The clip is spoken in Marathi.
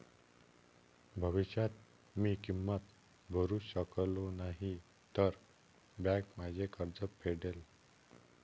भविष्यात मी किंमत भरू शकलो नाही तर बँक माझे कर्ज फेडेल